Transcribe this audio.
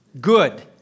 good